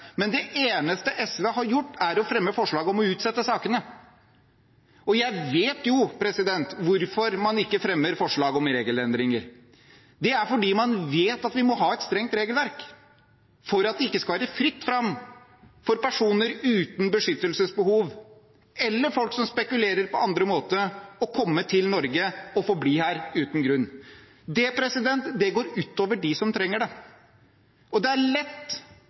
men det eneste SV har gjort, er å fremme forslag om å utsette sakene. Men jeg vet hvorfor man ikke fremmer forslag om regelendringer. Det er fordi man vet at vi må ha et strengt regelverk for at det ikke skal være fritt fram for personer uten beskyttelsesbehov eller folk som på andre måter spekulerer i å komme til Norge og få bli her uten grunn. Det går ut over dem som trenger det. Det er lett